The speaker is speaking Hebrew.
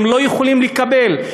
לא יכולים לקבל אותה.